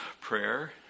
prayer